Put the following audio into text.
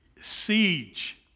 Siege